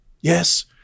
Yes